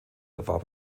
erwarb